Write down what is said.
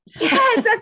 yes